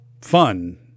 fun